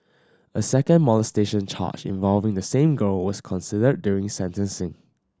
a second molestation charge involving the same girl was considered during sentencing